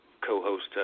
co-host